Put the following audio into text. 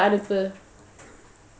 எதுக்கு:edhuku